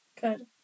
Good